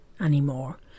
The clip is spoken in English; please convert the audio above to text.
anymore